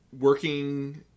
working